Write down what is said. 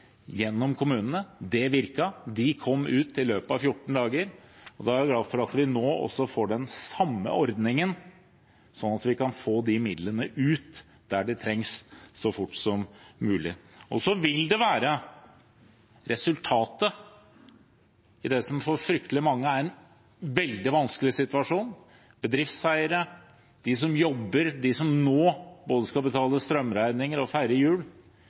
gjennom kommunene. Det virket, de kom ut i løpet av 14 dager. Da er jeg glad for at vi nå også får den samme ordningen, sånn at vi kan få de midlene ut der det trengs så fort som mulig. Så vil resultatet være i det som for fryktelig mange er en veldig vanskelig situasjon – bedriftseiere, de som jobber, de som nå både skal betale strømregninger og feire jul –om vi med denne bedringen klarer å få færre